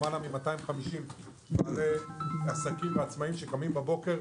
למעלה מ-250,000 בעלי עסקים שקמים בבוקר,